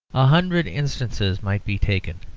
a hundred instances might be taken.